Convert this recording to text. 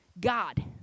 God